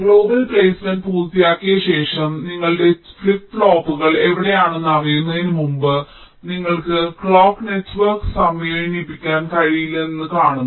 global placement പൂർത്തിയാക്കിയ ശേഷം നിങ്ങളുടെ ഫ്ലിപ്പ് ഫ്ലോപ്പുകൾ എവിടെയാണെന്ന് അറിയുന്നതിന് മുമ്പ് നിങ്ങൾക്ക് ക്ലോക്ക് നെറ്റ്വർക്ക് സമന്വയിപ്പിക്കാൻ കഴിയില്ലെന്ന് നിങ്ങൾ കാണുന്നു